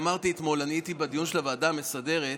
אמרתי אתמול, אני הייתי בדיון של הוועדה המסדרת,